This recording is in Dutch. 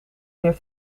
meer